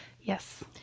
Yes